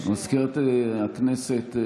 מזכירת הכנסת,